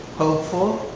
hopeful.